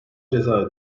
ceza